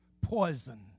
poison